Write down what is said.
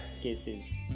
cases